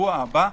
בשבוע הבא,